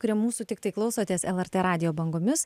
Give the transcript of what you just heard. kurie mūsų tiktai klausotės lrt radijo bangomis